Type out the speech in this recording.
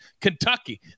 Kentucky